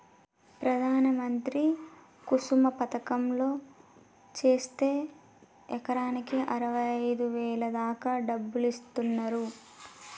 ప్రధాన మంత్రి కుసుమ పథకంలో చేరిస్తే ఎకరాకి అరవైఐదు వేల దాకా డబ్బులిస్తున్నరు